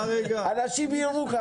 אנשים מירוחם,